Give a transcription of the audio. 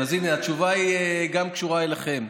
אז הינה, התשובה קשורה גם אליכם.